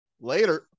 Later